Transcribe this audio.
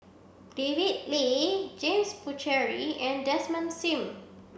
David Lee James Puthucheary and Desmond Sim